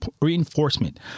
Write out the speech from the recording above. reinforcement